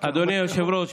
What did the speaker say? אדוני היושב-ראש,